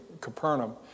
Capernaum